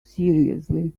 seriously